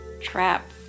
trap